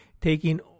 taking